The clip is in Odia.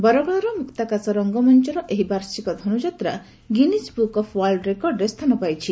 ବରଗଡ଼ର ବାର୍ଷିକ ମୁକ୍ତାକାଶ ରଙ୍ଗମଞ୍ଚର ଏହି ବାର୍ଷିକ Dhanuyatra Guinness book of world ରେକର୍ଡରେ ସ୍ଥାନ ପାଇଛି